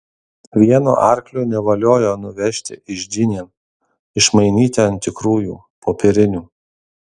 vienu arkliu nevaliojo nuvežti iždinėn išmainyti ant tikrųjų popierinių